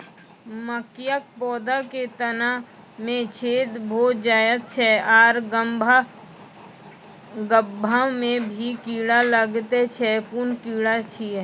मकयक पौधा के तना मे छेद भो जायत छै आर गभ्भा मे भी कीड़ा लागतै छै कून कीड़ा छियै?